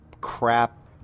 crap